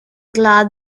glad